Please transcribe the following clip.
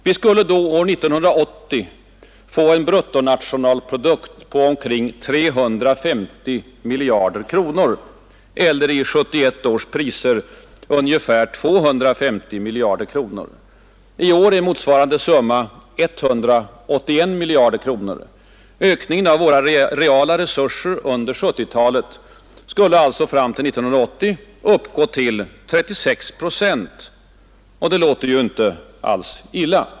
Vi skulle då 1980 få en bruttonationalprodukt på omkring 350 miljarder kronor eller i 1971 års priser ungefär 250 miljarder kronor. I år är motsvarande summa 181 miljarder. Ökningen av våra reala resurser under 1970-talet skulle alltså fram till 1980 uppgå till 36 procent. Och det låter ju inte alls illa.